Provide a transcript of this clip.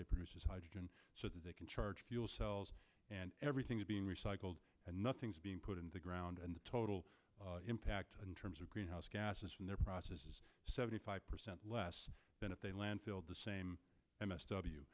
they produce is hydrogen so that they can charge fuel cells and everything is being recycled and nothing's being put in the ground and the total impact in terms of greenhouse gases from their process is seventy five percent less than if they landfill the same m